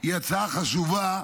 היא הצעה חשובה,